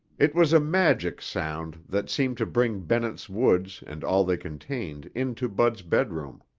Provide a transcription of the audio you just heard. it was a magic sound that seemed to bring bennett's woods and all they contained into bud's bedroom.